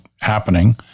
happening